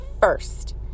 first